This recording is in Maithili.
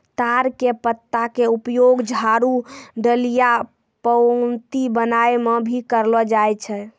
ताड़ के पत्ता के उपयोग झाड़ू, डलिया, पऊंती बनाय म भी करलो जाय छै